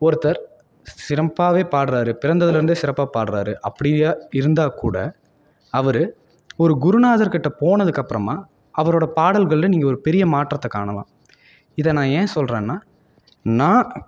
ஒருத்தர் சிறம்ப்பாகவே பாடுறாரு பிறந்ததுலந்தே சிறப்பாக பாடுறாரு அப்படியா இருந்தா கூட அவர் ஒரு குருநாதர்கிட்ட போனதுக்கு அப்புறமா அவரோட பாடல்களில் நீங்கள் ஒரு பெரிய மாற்றத்தை காணலாம் இதை நான் ஏன் சொல்லுறேன்னா நான்